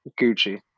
Gucci